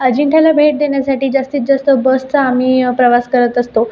अजिंठ्याला भेट देण्यासाठी जास्तीत जास्त बसचा आम्ही प्रवास करत असतो